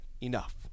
enough